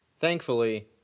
Thankfully